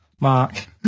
Mark